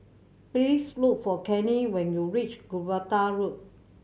please look for Kenny when you reach Gibraltar Road